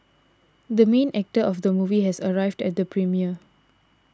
the main actor of the movie has arrived at the premiere